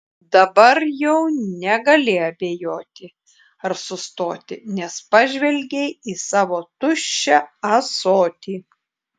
dabar jau negali abejoti ar sustoti nes pažvelgei į savo tuščią ąsotį